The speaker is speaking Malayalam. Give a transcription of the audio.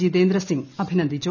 ജിതേന്ദ്രസിംഗ് അഭിനന്ദിച്ചു